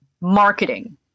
marketing